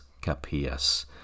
Capias